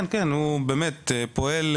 כן, הוא באמת פועל,